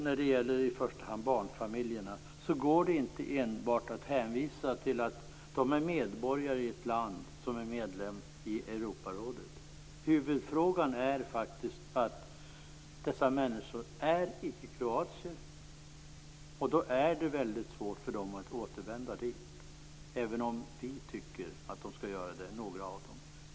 När det gäller i första hand barnfamiljerna, går det inte att enbart hänvisa till att de är medborgare i ett land som är medlem i Europarådet. Huvudfrågan är faktiskt att dessa människor inte är kroatier. Därför är det svårt för dem att återvända dit - även om vi tycker att några av dem skall göra det.